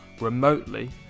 remotely